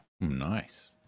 nice